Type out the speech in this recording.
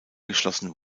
geschlossen